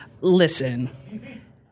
Listen